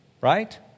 right